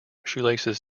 shoelaces